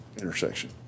intersection